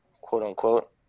quote-unquote